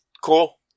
cool